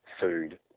food